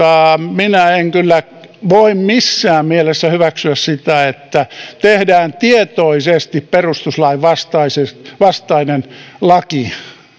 minä en kyllä voi missään mielessä hyväksyä sitä että tehdään tietoisesti perustuslain vastainen laki